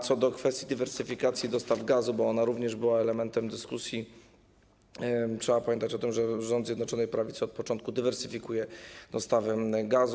Co do kwestii dywersyfikacji dostaw gazu, bo ona również była elementem dyskusji, trzeba pamiętać o tym, że rząd Zjednoczonej Prawicy od początku dywersyfikuje dostawy gazu.